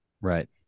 Right